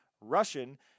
Russian